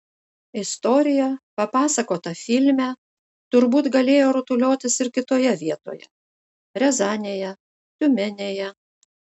istorija papasakota filme turbūt galėjo rutuliotis ir kitoje vietoje riazanėje tiumenėje